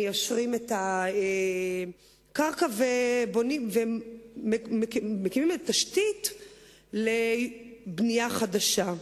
מיישרים את הקרקע ומקימים תשתית לבנייה חדשה.